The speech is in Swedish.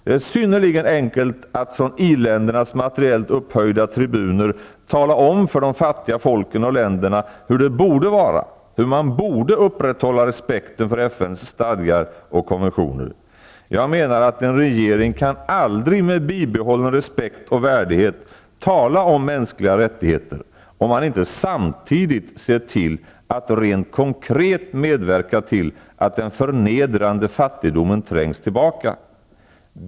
Det är synnerligen enkelt att från i-ländernas materiellt upphöjda tribuner tala om för de fattiga folken och länderna hur det borde vara, hur man borde upprätthålla respekten för FN:s stadgar och konventioner. Jag menar att en regering aldrig med bibehållen respekt och värdighet kan tala om mänskliga rättigheter om man inte samtidigt ser till att rent konkret medverka till att den förnedrande fattigdomen trängs tillbaka.